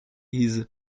his